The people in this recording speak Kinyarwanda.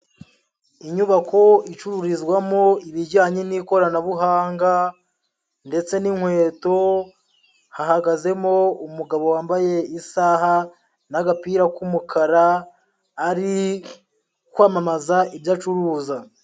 Inyubako icururizwamo ibijyanye n'ikoranabuhanga ndetse n'inkweto, hahagazemo umugabo wambaye isaha n'agapira k'umukara ari kwamamaza ibyo acuruza.